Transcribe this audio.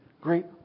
great